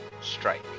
strike